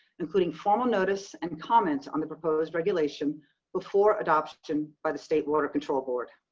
including formal notice and comments on the proposed regulation before adoption by the state water control board.